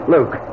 Luke